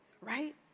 right